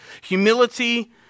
Humility